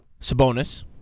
Sabonis